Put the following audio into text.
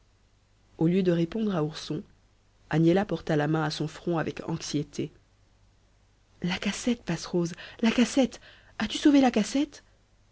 au lieu de répondre à ourson agnella porta la main à son front avec anxiété la cassette passerose la cassette as-tu sauvé la cassette